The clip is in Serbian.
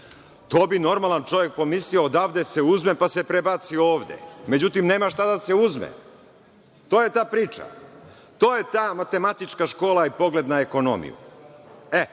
To bi normalan čovek pomislio, odavde se uzme, pa se prebaci ovde. Međutim, nema šta da se uzme. To je ta priča, to je ta matematička škola i pogled na ekonomiju. Ali,